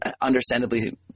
understandably